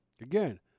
Again